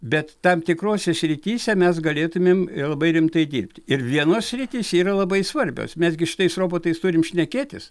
bet tam tikrose srityse mes galėtumėm labai rimtai dirbti ir vienos sritys yra labai svarbios mes gi su šitais robotais turim šnekėtis